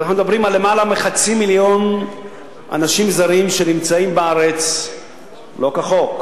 אנחנו מדברים על למעלה מחצי מיליון אנשים זרים שנמצאים בארץ לא כחוק.